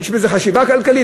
יש בזה חשיבה כלכלית?